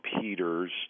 Peters